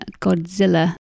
Godzilla